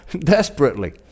desperately